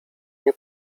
nie